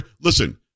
Listen